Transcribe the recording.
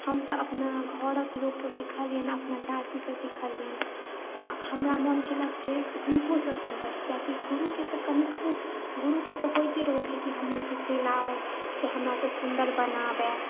हम तऽ अपना घर घरक लोकसँ सीखलियनि अपना चाचीसँ सीखलियनि तऽ हमरा मोन केलक जे हुनको से सुन्दर किआकि गुरुके तऽ कनिको गुरुके तऽ होइते रहैत छै हमर जे चेला अइ से हमरा से सुन्दर बनाबै